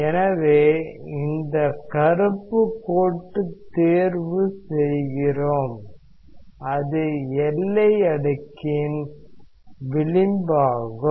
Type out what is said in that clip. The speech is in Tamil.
எனவே இந்த கருப்பு கோட்டை தேர்வு செய்கிறோம் அது எல்லை அடுக்கின் விளிம்பாகும்